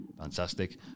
Fantastic